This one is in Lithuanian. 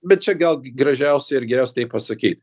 bet čia gal gražiausia ir geriausia tai pasakyt